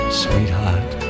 sweetheart